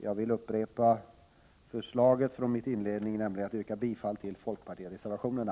Jag upprepar mitt yrkande om bifall till folkpartireservationerna.